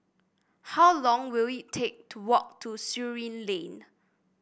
how long will it take to walk to Surin Lane